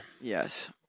Yes